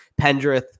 Pendrith